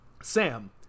Sam